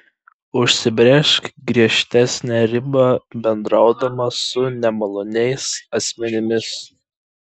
užsibrėžk griežtesnę ribą bendraudama su nemaloniais asmenimis